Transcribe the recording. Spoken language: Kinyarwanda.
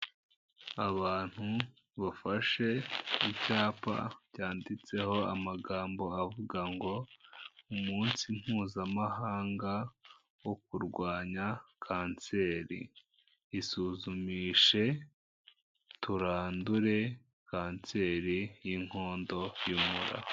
Abantu bafashe icyapa cyanditseho amagambo avuga ngo umunsi mpuzamahanga wo kurwanya kanseri, isuzumishe turandure kanseri y'inkondo y'umura.